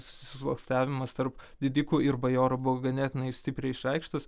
susisluoksniavimas tarp didikų ir bajorų buvo ganėtinai stipriai išreikštas